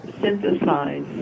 synthesize